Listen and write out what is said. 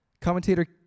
Commentator